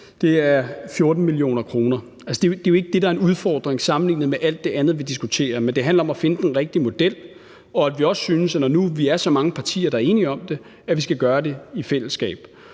er 14 mio. kr. Altså, det er jo ikke det, der er en udfordring sammenlignet med alt det andet, vi diskuterer. Men det handler om at finde den rigtige model og om, at vi også synes, at når der nu er så mange partier, der er enige om det, så skal vi gøre det i fællesskab.